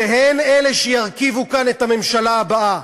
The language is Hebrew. והן אלה שירכיבו כאן את הממשלה הבאה,